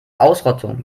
ausrottung